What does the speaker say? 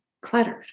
cluttered